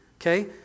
okay